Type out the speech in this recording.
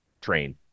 train